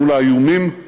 מול האיומים,